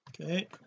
okay